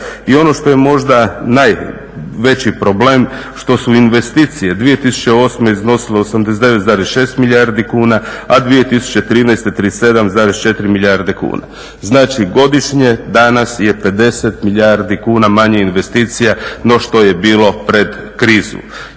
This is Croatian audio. I ono što je možda najveći problem, što su investicije 2008. iznosile 89,6 milijardi kuna, a 2013. 37,4 milijarde kuna. Znači godišnje danas je 50 milijardi kuna manje investicija no što je bilo pred krizu.